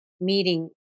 meeting